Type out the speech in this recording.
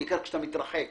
אדוני,